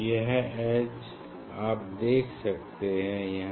यह एज्ज आप देख सकते हैं यहाँ